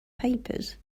papers